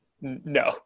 no